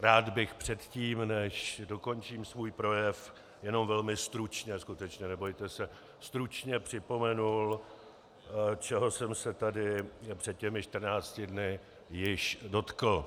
Rád bych předtím, než dokončím svůj projev, jenom velmi stručně skutečně, nebojte se připomenul, čeho jsem se tady před těmi 14 dny již dotkl.